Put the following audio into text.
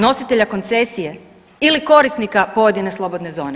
Nositelja koncesije ili korisnika pojedine slobodne zone?